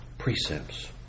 Precepts